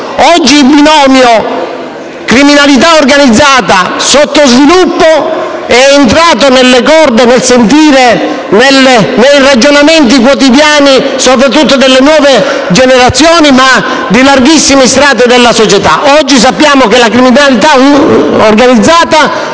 Oggi il binomio criminalità organizzata‑sottosviluppo è entrato nelle corde e nel sentire della gente, nei ragionamenti quotidiani, soprattutto delle nuove generazioni e di larghissimi strati della società. Oggi sappiamo che la criminalità organizzata